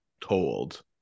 told